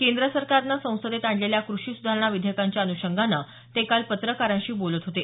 केंद्र सरकारनं संसदेत आणलेल्या कृषी सुधारणा विधेयकांच्या अनुषंगानं ते काल पत्रकारांशी बोलत होते